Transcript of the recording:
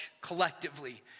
collectively